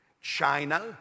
China